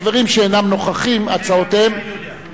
חברים שאינם נוכחים, הצעותיהם, הנה יוליה.